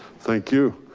thank you.